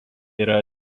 yra